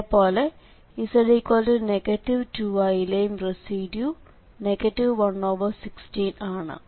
ഇതേപോലെ z 2i യിലെയും residue 116 ആണ്